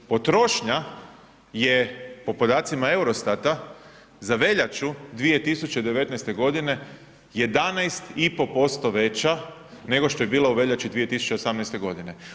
Potrošnja je po podacima Eurostata za veljaču 2019. godine 11,5% veća nego što je bila u veljači 2018. godine.